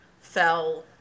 fell